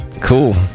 Cool